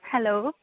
hello